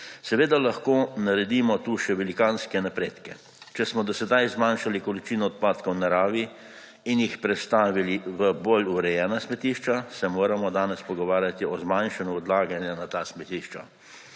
Seveda lahko naredimo tu še velikanske napredke. Če smo do sedaj zmanjšali količino odpadkov v naravi in jih prestavili v bolj urejena smetišča, se moramo danes pogovarjati o zmanjšanju odlaganja na ta smetišča.